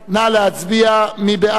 נא להצביע, מי בעד?